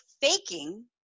faking